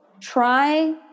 try